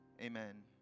amen